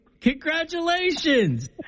Congratulations